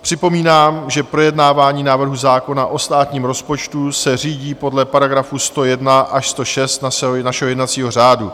Připomínám, že projednávání návrhu zákona o státním rozpočtu se řídí podle § 101 až 106 našeho jednacího řádu.